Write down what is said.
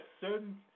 certain